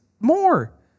more